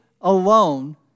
alone